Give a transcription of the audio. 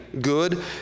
good